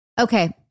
Okay